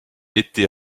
été